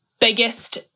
biggest